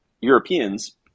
Europeans